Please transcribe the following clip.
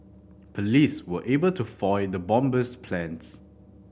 police were able to foil the bomber's plans